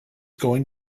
going